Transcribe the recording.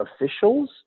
officials